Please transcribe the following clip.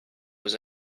was